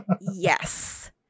Yes